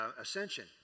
ascension